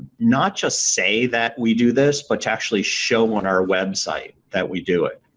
not just say that we do this but to actually show on our website that we do it.